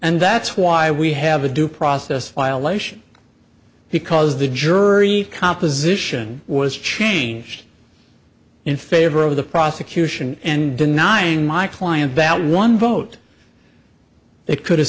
and that's why we have a due process violation because the jury composition was changed in favor of the prosecution and denying my client ballot one vote it could have